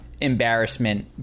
embarrassment